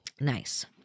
Nice